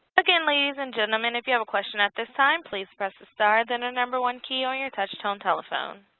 again, ladies and gentlemen, if you have a question at this time, please press the star then the number one key on your touchtone telephone.